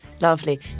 Lovely